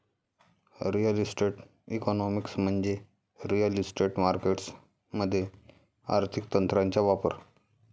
real estate economics म्हणजे real estate markets मध्ये आर्थिक तंत्रांचा वापर